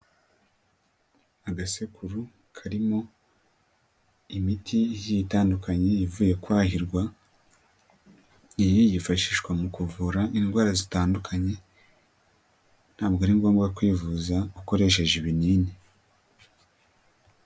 Agasekuru karimo imiti igiye itandukanye ivuye kwahirwa, iyi yifashishwa mu kuvura indwara zitandukanye ntabwo ari ngombwa kwivuza ukoresheje ibinini.